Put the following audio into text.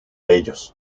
ellos